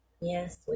Yes